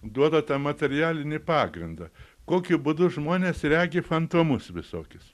duoda tą materialinį pagrindą kokiu būdu žmonės regi fantomus visokius